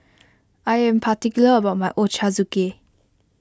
I am particular about my Ochazuke